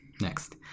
Next